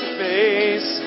face